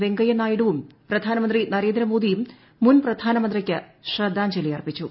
വെങ്കയ്യ നായിഡുവും പ്രധാനമന്ത്രി നരേന്ദ്രമോദിയും മുൻ പ്രധാന്മ്പ്രീയ്ക്ക് ശ്രദ്ധാഞ്ജലി അർപ്പിച്ചു